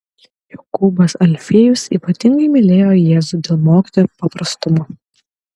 jokūbas alfiejus ypatingai mylėjo jėzų dėl mokytojo paprastumo